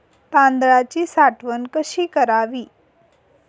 तांदळाची साठवण कशी करावी?